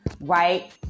Right